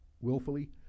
willfully